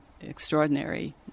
extraordinary